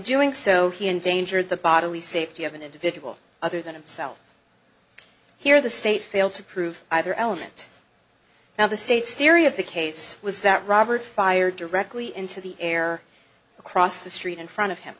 doing so he endangered the bodily safety of an individual other than himself here the state failed to prove either element now the state's theory of the case was that robert fired directly into the air across the street in front of him